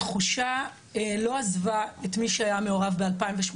התחושה לא עזבה, את מי שהיה מעורב ב-2018,